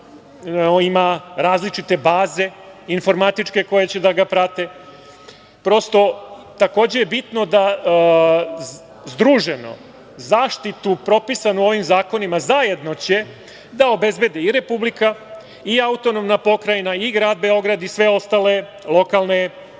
ima različite baze informatičke koje će da ga prate. Takođe je bitno da združeno zaštitu propisanu ovim zakonima zajedno će da obezbede i republika i autonomna pokrajina i Grad Beograd i sve ostale lokalne